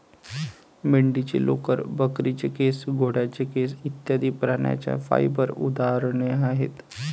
मेंढीचे लोकर, बकरीचे केस, घोड्याचे केस इत्यादि प्राण्यांच्या फाइबर उदाहरणे आहेत